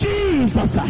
Jesus